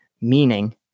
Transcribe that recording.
meaning